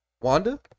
Wanda